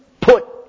put